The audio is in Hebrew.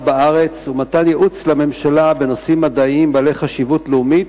בארץ ומתן ייעוץ לממשלה בנושאים מדעיים בעלי חשיבות לאומית,